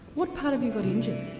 what part of you got injured?